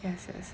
yes yes